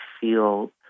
feel